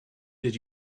did